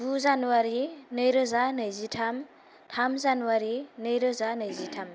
गु जानुवारि नैरोजा नैजिथाम थाम जानुवारि नैरोजा नैजिथाम